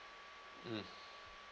mm